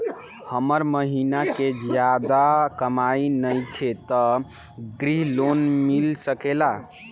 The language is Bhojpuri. हमर महीना के ज्यादा कमाई नईखे त ग्रिहऽ लोन मिल सकेला?